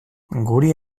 guri